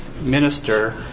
minister